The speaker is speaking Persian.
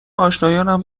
آشنایانم